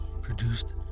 produced